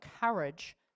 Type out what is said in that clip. courage